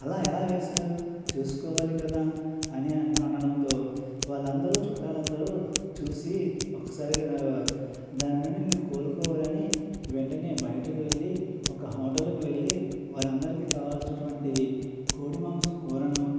అలా ఎలా వేసారు చూసుకోవాలి కదా అని అనడంతో వాళ్ళందరూ చుట్టాలందరూ చూసి ఒక్క సారిగా నవ్వారు దాని నుండి నేను కోలుకోవాలని వెంటనే బయటకు వెళ్ళి ఒక హోటల్లోకి వెళ్ళి వాళ్ళందరికీ కావలసినటువంటి కోడి మాంసం కూరను